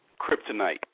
kryptonite